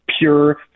pure